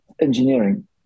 engineering